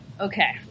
Okay